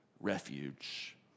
refuge